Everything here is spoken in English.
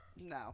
No